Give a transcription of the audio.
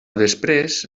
després